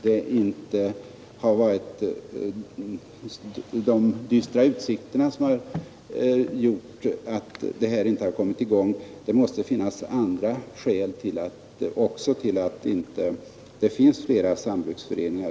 Den tyder på att det kan finnas även andra skäl till att det inte finns fler sambruksföreningar.